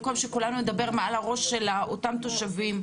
במקום שכולנו נדבר מעל הראש של אותם תושבים.